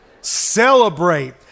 Celebrate